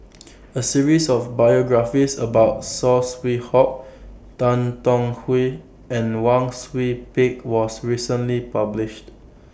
A series of biographies about Saw Swee Hock Tan Tong Hye and Wang Sui Pick was recently published